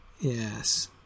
Yes